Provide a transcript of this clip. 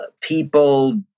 people